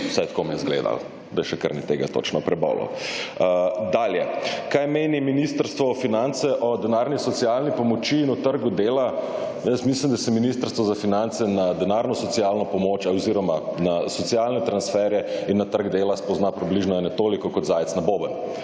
Vsaj tako mi je zgledalo, da še kar ni tega točno prebolel. Dalje. Kaj meni ministrstvo za finance o denarni socialni **140. TRAK: (TB) – 20.50** (nadaljevanje) pomoči in o trgu dela, jaz mislim, da se Ministrstvo za finance na denarno socialno pomoč oziroma na socialne transferje in na trg dela spozna približno ene toliko, kot zajec na boben.